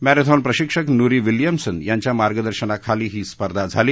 marathon प्रशिक्षक Nuri Williamson यांच्या मार्गदर्शनाखाली ही स्पर्धा झाली